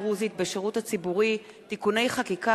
הדרוזית בשירות הציבורי (תיקוני חקיקה),